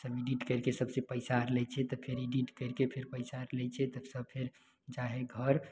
तनी गीत कहिके सबके पैसा आर लै छियै तऽ फेर गीत कहिके फेर पैसा आर लै छियै तऽ सब फेन जाइ हइ घर